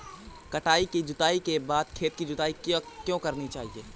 कटाई के बाद खेत की जुताई क्यो करनी चाहिए?